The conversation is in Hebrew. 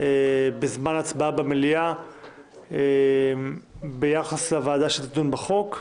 בזמן הצבעה במליאה ביחס לוועדה שתדון בחוק,